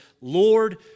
Lord